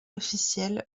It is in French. officielles